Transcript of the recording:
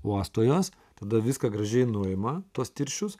uosto juos tada viską gražiai nuima tuos tirščius